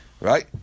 Right